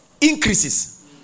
increases